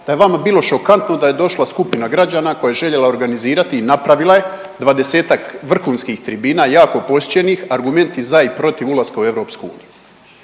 da je vama bilo šokantno da je došla skupina građana koja je željela organizirati i napravila je dvadesetak vrhunskih tribina jako posjećenih argumenti za i protiv ulaska u EU.